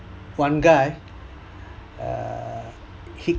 one guy err he